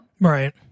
right